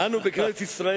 אולי תביאו דרוזים להתיישב שם?